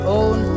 own